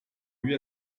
lui